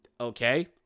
Okay